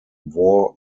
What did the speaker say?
war